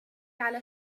على